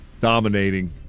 dominating